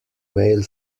whale